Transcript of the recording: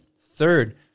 Third